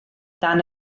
dan